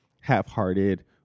half-hearted